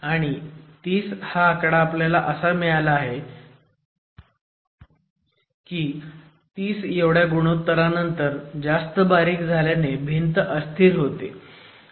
आणि 30 हा आकडा आपल्याला असा मिळाला आहे की 30 एवढ्या गुणोत्तरानंतर जास्त बारीक झाल्याने भिंत अस्थिर होते